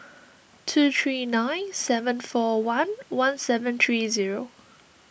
two three nine seven four one one seven three zero